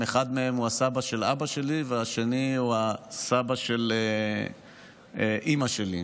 אחד מהם הוא הסבא של אבא שלי והשני הוא סבא של אימא שלי.